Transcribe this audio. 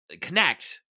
connect